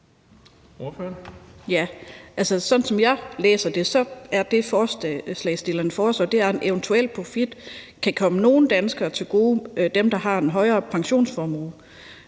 Sådan som jeg læser det, er det, forslagsstillerne foreslår, at en eventuel profit kan komme nogle danskere til gode, nemlig dem, der har en større pensionsformue,